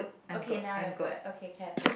okay now you're good okay can